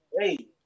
hey